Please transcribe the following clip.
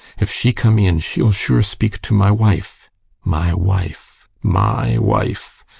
if she come in, she'll sure speak to my wife my wife! my wife!